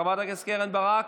חברת הכנסת קרן ברק,